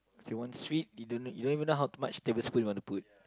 you want sweet you don't know you don't even know how much tablespoon you wanna put